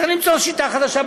צריך למצוא שיטה חדשה.